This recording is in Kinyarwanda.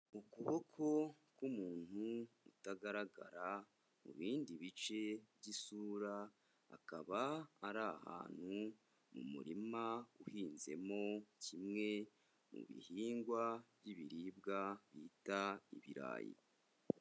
Ukuboko k'umuntu utagaragara mu bindi bice by'isura akaba ari ahantu mu murima uhinzemo kimwe mu bihingwa by'ibiribwa bita ibirayi.